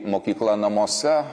mokykla namuose